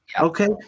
okay